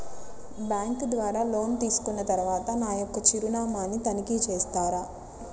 Bank ద్వారా loan తీసుకున్న తరువాత నా యొక్క చిరునామాని తనిఖీ చేస్తారా?